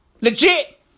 Legit